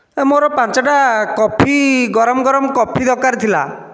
ଏ ମୋ'ର ପାଞ୍ଚଟା କଫି ଗରମ ଗରମ କଫି ଦରକାର ଥିଲା